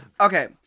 Okay